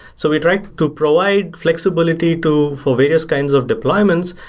so we try to provide flexibility to for various kinds of deployments.